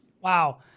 Wow